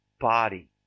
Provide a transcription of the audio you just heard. body